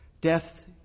Death